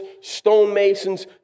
stonemasons